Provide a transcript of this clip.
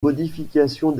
modifications